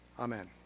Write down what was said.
Amen